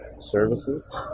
services